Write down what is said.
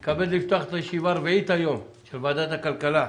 אני מתכבד לפתוח את ישיבת ועדת הכלכלה.